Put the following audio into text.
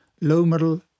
low-middle